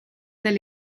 del